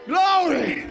Glory